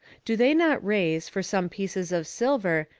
do they not raise, for some pieces of silver,